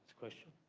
question.